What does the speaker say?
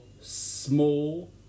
small